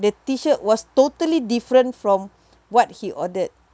the T shirt was totally different from what he ordered